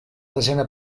desena